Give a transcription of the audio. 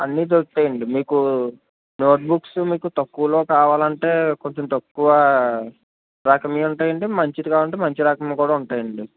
అన్నీ దొరుకుతాయి అండి మీకు నోట్బుక్స్ మీకు తక్కువలో కావాలంటే కొంచెం తక్కువ రకం అవి ఉంటాయండి మంచిది కావాలంటే మంచి రకం అవి కూడా ఉంటాయండి